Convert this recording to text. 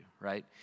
right